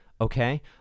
okay